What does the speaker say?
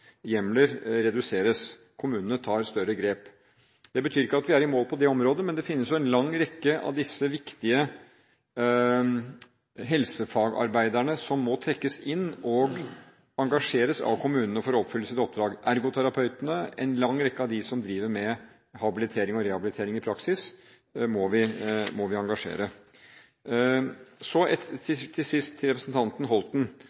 deltidshjemler reduseres – kommunene tar større grep. Det betyr ikke at vi er i mål på det området, men det finnes en lang rekke av disse viktige helsefagarbeiderne som må trekkes inn og engasjeres av kommunene for å oppfylle sitt oppdrag. Ergoterapeutene og en lang rekke av dem som driver med habilitering og rehabilitering i praksis, må vi engasjere. Så